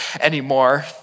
anymore